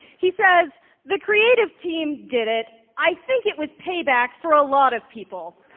he says the creative team did it. i think it was payback for a lot of people.